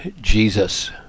Jesus